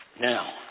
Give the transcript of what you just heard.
now